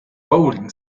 bowling